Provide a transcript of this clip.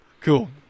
Cool